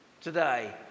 today